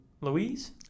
Louise